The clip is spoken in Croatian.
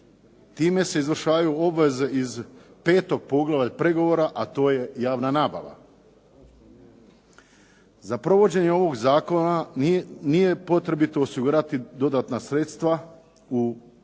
Time se izvršavaju obveze iz petog poglavlja pregovora, a to je javna nabava. Za provođenje ovog zakona nije potrebito osigurati dodatna sredstva u državnom